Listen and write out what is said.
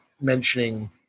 mentioning